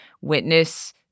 witness